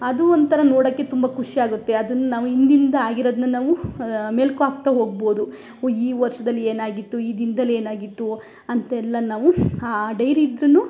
ಅದು ಒಂಥರ ನೋಡೋಕೆ ತುಂಬ ಖುಷಿಯಾಗುತ್ತೆ ಅದನ್ನ ನಾವು ಹಿಂದಿಂದ ಆಗಿರೋದನ್ನ ನಾವು ಮೆಲುಕು ಹಾಕ್ತಾ ಹೊಗ್ಬೋದು ಓ ಈ ವರ್ಷದಲ್ಲಿ ಏನಾಗಿತ್ತು ಈ ದಿನ್ದಲ್ಲಿ ಏನಾಗಿತ್ತು ಅಂತೆಲ್ಲ ನಾವು ಡೈರಿ ಇದ್ರು